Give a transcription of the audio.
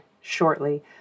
shortly